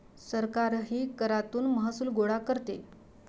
सरकारही करातून महसूल गोळा करते